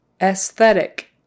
Aesthetic